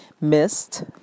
missed